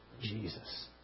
Jesus